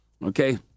Okay